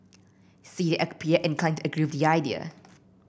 see at appear inclined to agree the idea